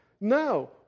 No